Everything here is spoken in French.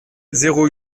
zéro